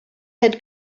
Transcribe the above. had